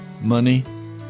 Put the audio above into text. money